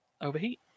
overheat